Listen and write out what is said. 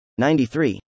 93